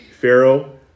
Pharaoh